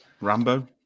Rambo